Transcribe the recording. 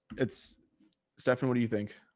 it's stefan, what do you think